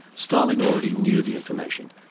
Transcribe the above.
stalin already knew the information,